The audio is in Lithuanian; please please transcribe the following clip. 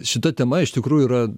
šita tema iš tikrųjų yra